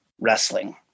wrestling